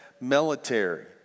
military